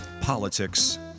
politics